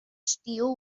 steel